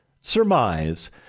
surmise